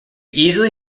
easily